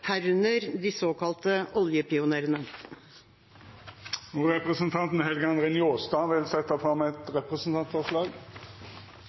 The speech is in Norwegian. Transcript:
herunder de såkalte oljepionerene. Representanten Helge André Njåstad vil setja fram